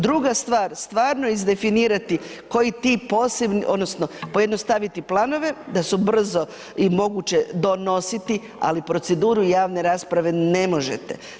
Druga stvar, stvarno izdefinirati koji ti posebni odnosno pojednostaviti planove da su brzo i moguće donositi, ali proceduru javne rasprave ne možete.